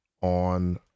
on